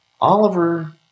Oliver